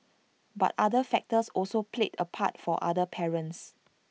but other factors also played A part for other parents